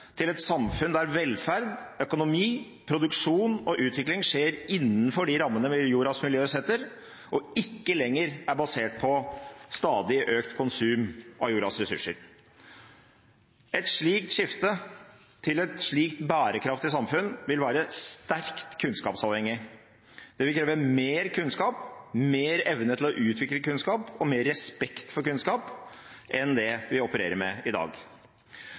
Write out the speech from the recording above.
til et samfunn der velferd, økonomi, produksjon og utvikling skjer innenfor de rammene jordas miljø setter, og ikke lenger er basert på stadig økt konsum av jordas ressurser. Et skifte til et slikt bærekraftig samfunn vil være sterkt kunnskapsavhengig. Det vil kreve mer kunnskap, mer evne til å utvikle kunnskap og mer respekt for kunnskap enn det vi opererer med i dag.